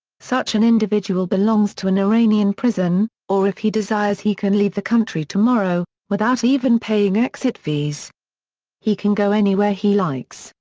such an individual belongs to an iranian prison, or if he desires he can leave the country tomorrow, without even paying exit fees he can go anywhere he likes,